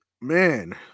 Man